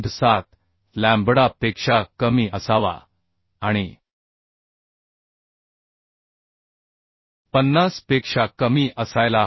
7 lambda पेक्षा कमी असावा आणि 50 पेक्षा कमी असायला हवे